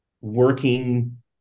working